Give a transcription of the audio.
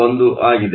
1 ಆಗಿದೆ